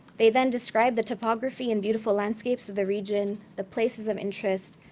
they then describe the topography and beautiful landscapes of the region, the places of interest,